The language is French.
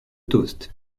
toast